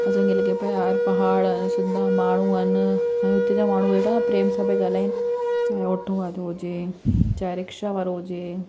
असांखे लॻे पियो पहाड़ आहे सिधा माण्हू आहिनि ऐं हुते जा माण्हू हेड़ा प्रेम सां पिया ॻाल्हाईनि चाहे ऑटो वारो हुजे चाहे रिक्शा वारो हुजे